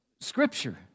Scripture